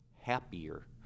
happier